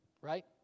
right